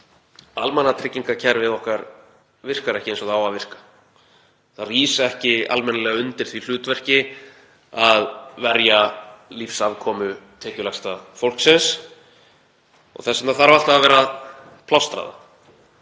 almannatryggingakerfið virkar ekki eins og það á að virka. Það rís ekki almennilega undir því hlutverki að verja lífsafkomu tekjulægsta fólksins. Þess vegna þarf alltaf að vera að plástra það.